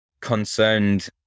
concerned